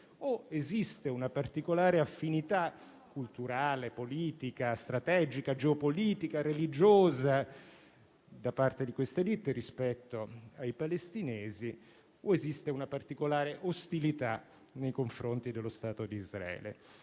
o esiste una particolare affinità culturale, politica, strategica, geopolitica, religiosa da parte di queste *élite* rispetto ai palestinesi o esiste una particolare ostilità nei confronti dello Stato di Israele.